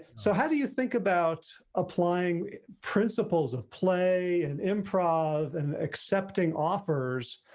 so how do you think about applying principles of play and improv and accepting offers?